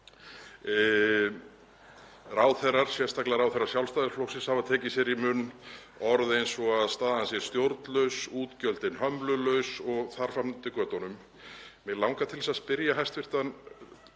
Ráðherrar, sérstaklega ráðherrar Sjálfstæðisflokksins, hafa tekið sér í munn orð eins og að staðan sé stjórnlaus, útgjöldin hömlulaus og þar fram eftir götunum. Mig langar að spyrja hæstv.